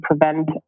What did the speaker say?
prevent